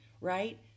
right